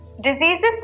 diseases